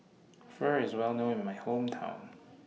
Pho IS Well known in My Hometown